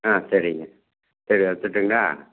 ஆ சரிங்க சரி வெச்சுர்ட்டுங்களா